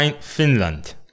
Finland